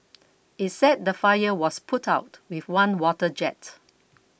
it said the fire was put out with one water jet